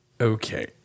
Okay